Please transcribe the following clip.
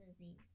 movie